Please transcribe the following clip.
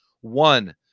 one